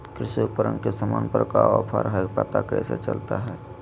कृषि उपकरण के सामान पर का ऑफर हाय कैसे पता चलता हय?